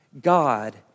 God